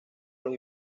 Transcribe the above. los